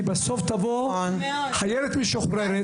כי בסוף תבוא חיילת משוחררת,